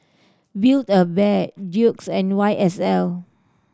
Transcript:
Build A Bear Doux and Y S L